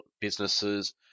businesses